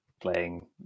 playing